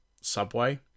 Subway